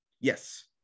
Yes